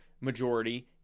majority